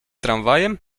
tramwajem